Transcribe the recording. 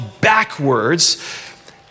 backwards